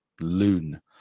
loon